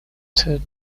third